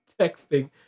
texting